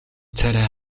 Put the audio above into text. царай